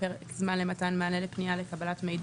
פרק זמן למתן מענה לפנייה לקבלת מידע